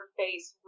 face